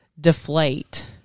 deflate